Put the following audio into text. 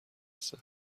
رسه